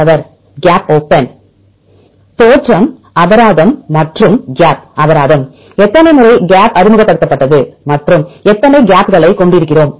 மாணவர் cap open தோற்றம் அபராதம் மற்றும் கேப் அபராதம் எத்தனை முறை கேப் அறிமுகப்படுத்தப்பட்டது மற்றும் எத்தனை கேப்களைக் கொண்டிருக்கிறோம்